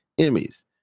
Emmys